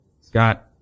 Scott